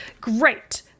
great